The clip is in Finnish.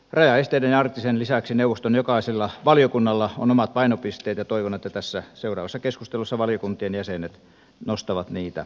rajaesteiden ja arktisen lisäksi neuvoston jokaisella valiokunnalla on omat painopisteet ja toivon että tässä seuraavassa keskustelussa valiokuntien jäsenet nostavat niitä esiin